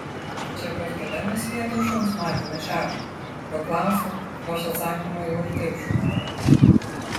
čia per tave mes vietoj šuns matėme šerną paklausiau nors atsakymą jau ir taip žinojau